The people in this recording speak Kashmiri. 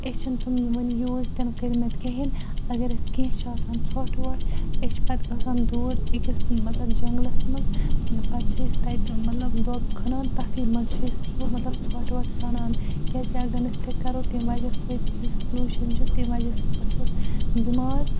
أسۍ چھِنہٕ تِم وَنہِ یوٗز تہِ نہٕ کٔرۍمٕتۍ کِہیٖنۍ اگر اَسہِ کیٚنٛہہ چھُ آسان ژھۄٹھ وۄٹھ أسۍ چھِ پَتہٕ گَژھان دوٗر أکِس مطلب جنٛگلَس منٛز پَتہٕ چھِ أسۍ تَتہِ مطلب دۄب کھنان تَتھٕے منٛز چھِ أسۍ سُہ مطلب ژھۄٹھ وۄٹھ سَنان کیٛازِکہِ اگر نہٕ أسۍ تہِ کَرو تَمہِ وجہ سۭتۍ یُس پُلوٗشَن چھُ تَمہِ وجہ سۭتۍ گژھو أسۍ بٮ۪مار